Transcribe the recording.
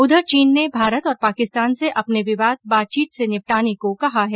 उधर चीन ने भारत और पाकिस्तान से अपने विवाद बातचीत से निपटाने को कहा है